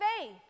faith